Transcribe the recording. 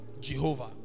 Jehovah